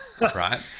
right